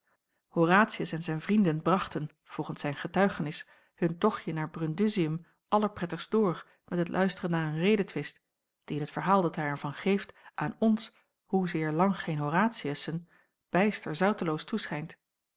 horatius en zijn vrienden brachten volgens zijn getuigenis hun tochtje naar brundusium allerprettigst door met het luisteren naar een redetwist die in het verhaal dat hij er van geeft aan ons hoezeer lang geen horatiussen bijster zouteloos toeschijnt